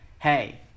Hey